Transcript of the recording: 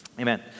Amen